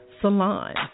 Salon